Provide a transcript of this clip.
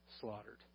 slaughtered